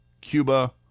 Cuba